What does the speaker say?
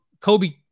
Kobe